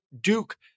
Duke